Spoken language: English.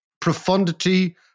profundity